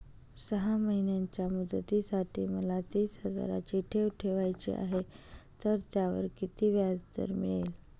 सहा महिन्यांच्या मुदतीसाठी मला तीस हजाराची ठेव ठेवायची आहे, तर त्यावर किती व्याजदर मिळेल?